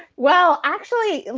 well, actually,